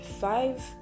five